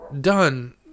done